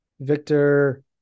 Victor